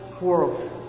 world